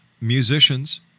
musicians